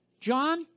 John